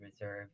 reserve